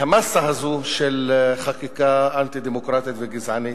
מהמאסה הזאת של חקיקה אנטי-דמוקרטית וגזענית.